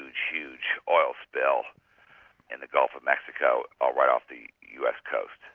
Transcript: huge, huge oil spill in the gulf of mexico or right off the us coast.